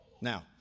Now